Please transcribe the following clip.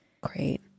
Great